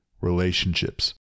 relationships